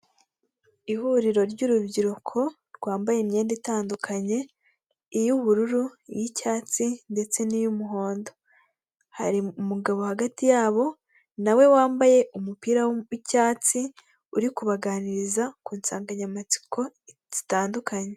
Ihuriro ry'urubyiruko rwambaye imyenda itandukanye; iy'ubururu, iy'icyatsi ndetse niy'umuhondo. Hari umugabo hagati yabo nawe wambaye umupira w'icyatsi uri kubaganiriza ku nsanganyamatsiko zitandukanye.